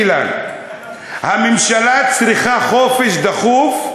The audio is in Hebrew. אילן: "הממשלה צריכה חופש דחוף,